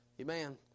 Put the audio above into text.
Amen